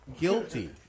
guilty